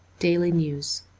daily news.